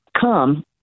come